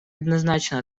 однозначно